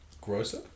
grocer